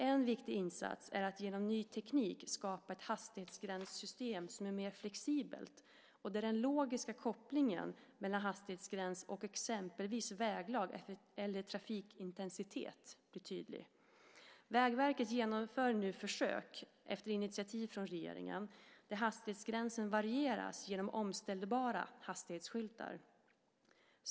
En viktig insats är att genom ny teknik skapa ett hastighetsgränssystem som är mer flexibelt och där den logiska kopplingen mellan hastighetsgräns och exempelvis väglag eller trafikintensitet blir tydlig. Vägverket genomför nu försök, efter initiativ från regeringen, där hastighetsgränsen varieras genom omställbara hastighetsskyltar.